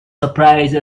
surprised